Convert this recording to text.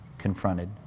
confronted